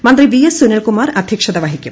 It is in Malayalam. മന്ത്രി വി എസ് സുനിൽകുമാർ അധ്യക്ഷത വഹിക്കും